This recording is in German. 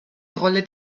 rolle